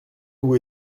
vous